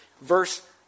Verse